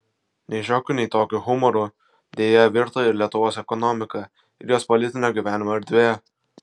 nei šiokiu nei tokiu humoru deja virto ir lietuvos ekonomika ir jos politinio gyvenimo erdvė